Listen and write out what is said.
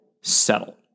settle